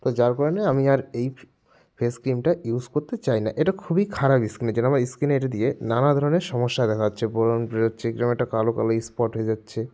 যার কারণে আমি আর এই ফেস ক্রিমটা ইউজ করতে চাই না এটা খুবই খারাপ স্কিনের জন্য আমার স্কিনে এটা দিয়ে নানাধরনের সমস্যা দেখা যাচ্ছে ব্রণ বেরোচ্ছে কীরকম এট্টা কালো কালো স্পট হয়ে যাচ্ছে